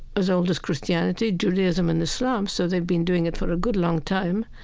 as old as christianity, judaism, and islam, so they've been doing it for a good long time.